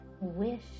wish